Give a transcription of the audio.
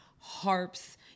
harps